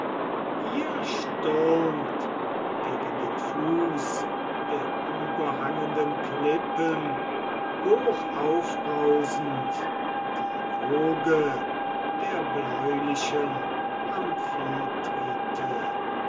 hier stürmt gegen den fuß der überhangenden klippen hochaufbrausend die woge der bläulichen amphitrite